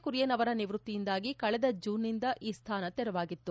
ಕುರಿಯನ್ ಅವರ ನಿವ್ಯಕ್ತಿಯಿಂದಾಗಿ ಕಳೆದ ಜೂನ್ನಿಂದ ಈ ಸ್ವಾನ ತೆರವಾಗಿತ್ತು